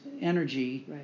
energy